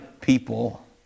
people